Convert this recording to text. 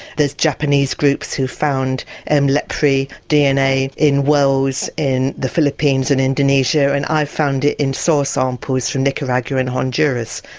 there's japanese groups who've found m. leprae dna in wells in the philippines and indonesia and i've found it in soil samples from nicaragua and honduras.